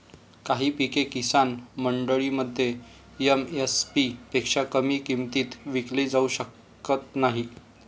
काही पिके किसान मंडईमध्ये एम.एस.पी पेक्षा कमी किमतीत विकली जाऊ शकत नाहीत